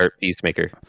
Peacemaker